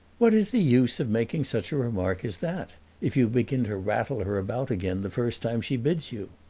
what is the use of making such a remark as that if you begin to rattle her about again the first time she bids you?